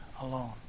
alone